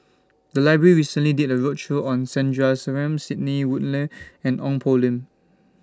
The Library recently did A roadshow on Sandrasegaran Sidney Woodhull and Ong Poh Lim